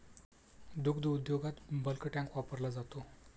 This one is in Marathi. दुग्ध उद्योगात बल्क टँक वापरला जातो